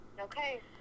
Okay